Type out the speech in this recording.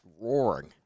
roaring